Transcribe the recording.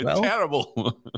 terrible